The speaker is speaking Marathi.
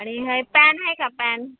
आणि हे पॅन आहे का पॅन